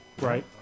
Right